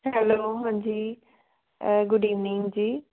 hello ਹਾਂਜੀ good evening ਜੀ